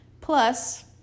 Plus